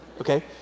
okay